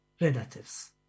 relatives